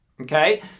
Okay